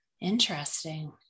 interesting